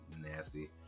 nasty